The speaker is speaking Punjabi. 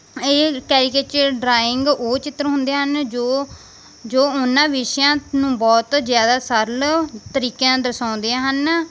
ਇਹ ਕੈਰੀਕੇਚ ਡਰਾਇੰਗ ਉਹ ਚਿੱਤਰ ਹੁੰਦੇ ਹਨ ਜੋ ਜੋ ਉਹਨਾਂ ਵਿਸ਼ਿਆਂ ਨੂੰ ਬਹੁਤ ਜ਼ਿਆਦਾ ਸਰਲ ਤਰੀਕਿਆਂ ਨਾਲ ਦਰਸਾਉਂਦੇ ਹਨ